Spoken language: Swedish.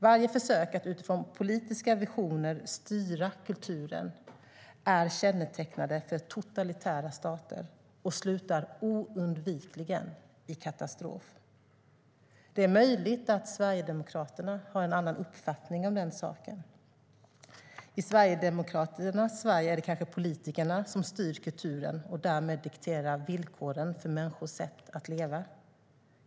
Varje försök att utifrån politiska visioner styra kulturen är kännetecknande för totalitära stater och slutar oundvikligen i katastrof. Det är möjligt att Sverigedemokraterna har en annan uppfattning om den saken. I Sverigedemokraternas Sverige är det kanske politikerna som styr kulturen och därmed dikterar villkoren för människors sätt att leva.